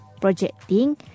projecting